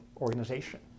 organization